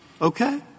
Okay